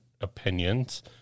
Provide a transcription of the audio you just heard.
opinions